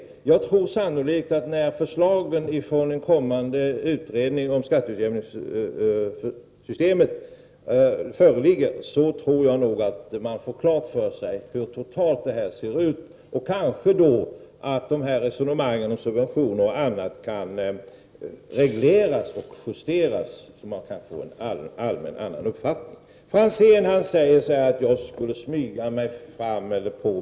Jag tror sannerligen att vi, när förslagen från den kommande utredningen om skatteutjämningssystemet föreligger, får klart för oss hur situationen totalt ser ut. Då kanske de olika subventionerna kan regleras och justeras. Ivar Franzén säger att jag skulle smyga mig. Detta är alldeles fel.